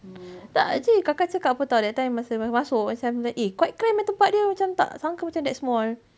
tak actually kakak cakap apa [tau] that time masa baru masuk macam eh quite cramped eh tempat dia macam tak sangka macam that small